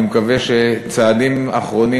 אני מקווה שצעדים אחרונים,